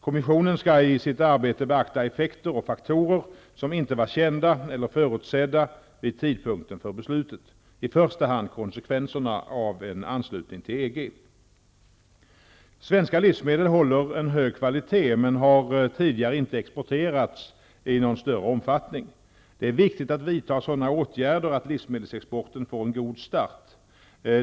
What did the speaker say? Kommissionen skall i sitt arbete beakta effekter och faktorer som inte var kända eller förutsedda vid tidpunkten för beslutet, i första hand konsekvenserna av en anslutning till EG. Svenska livsmedel håller en hög kvalitet, men har tidigare inte exporterats i någon större omfattning. Det är viktigt att vidta sådana åtgärder att livsmedelsexporten får en god start.